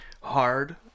hard